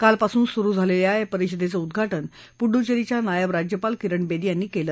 काल पासून सुरु झालेल्याया परिषदेचं उद्वाटन पुडुचेरीच्या नायब राज्यपाल किरण बेदी यांनी केलं